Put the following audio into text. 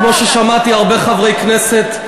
כמו ששמעתי מהרבה חברי כנסת,